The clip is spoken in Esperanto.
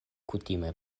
kutime